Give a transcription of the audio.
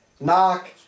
Knock